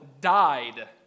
died